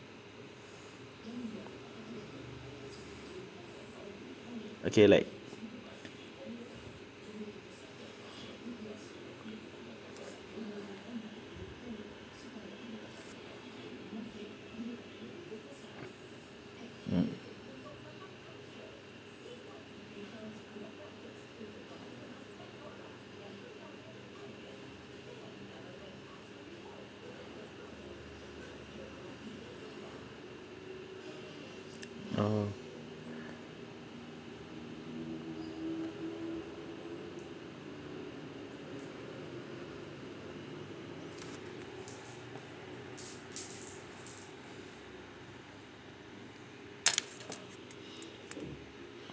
okay like mm oh